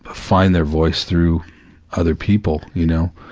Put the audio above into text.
ah find their voice through other people, you know?